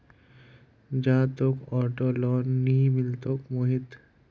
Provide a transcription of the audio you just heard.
जा, तोक auto loan नइ मिलतोक मोहित